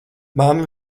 mamma